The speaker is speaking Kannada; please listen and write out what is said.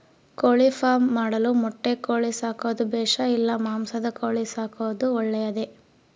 ಕೋಳಿಫಾರ್ಮ್ ಮಾಡಲು ಮೊಟ್ಟೆ ಕೋಳಿ ಸಾಕೋದು ಬೇಷಾ ಇಲ್ಲ ಮಾಂಸದ ಕೋಳಿ ಸಾಕೋದು ಒಳ್ಳೆಯದೇ?